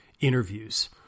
interviews